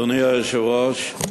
אדוני היושב-ראש,